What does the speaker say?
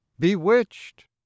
Bewitched